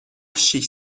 شیش